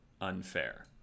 unfair